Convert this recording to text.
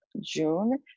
June